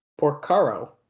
Porcaro